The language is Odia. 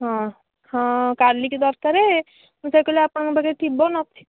ହଁ ହଁ କାଲିକି ଦରକାର ମୁଁ ସେଇଆ କହିଲି ଆପଣଙ୍କ ପାଖରେ ଥିବ ନଥିବ